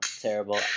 terrible